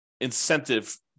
incentive